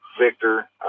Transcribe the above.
Victor